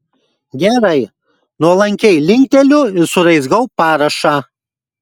gerai nuolankiai linkteliu ir suraizgau parašą